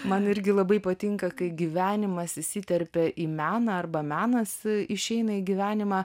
man irgi labai patinka kai gyvenimas įsiterpia į meną arba menas išeina į gyvenimą